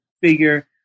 figure